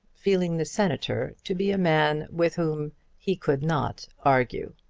feeling the senator to be a man with whom he could not argue.